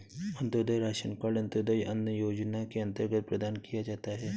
Antyodaya ration card Antyodaya Anna Yojana के अंतर्गत प्रदान किया जाता है